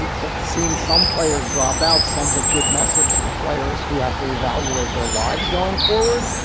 that's seen some players drop out, sends a good message to players who have to reevaluate their lives going forward.